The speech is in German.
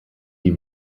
die